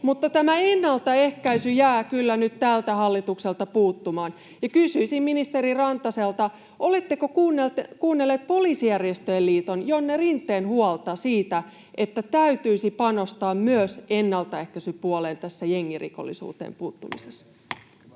Mutta tämä ennaltaehkäisy jää kyllä nyt tältä hallitukselta puuttumaan. Kysyisin ministeri Rantaselta: oletteko kuunnelleet Poliisijärjestöjen Liiton Jonne Rinteen huolta siitä, että täytyisi panostaa myös ennaltaehkäisypuoleen tässä jengirikollisuuteen puuttumisessa? [Speech